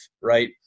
right